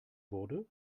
wurde